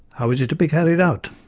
how is it to be carried out?